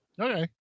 Okay